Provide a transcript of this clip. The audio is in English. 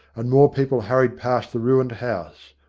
and more people hurried past the ruined house,